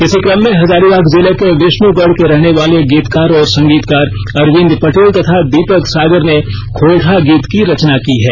इसी क्रम में हजारीबाग जिले के विष्णुगढ़ के रहने वाले गीतकार और संगीतकार अरविंद पटेल तथा दीपक सागर ने खोरठा गीत की रचना की है